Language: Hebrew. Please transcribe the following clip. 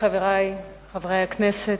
חברי חברי הכנסת,